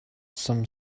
some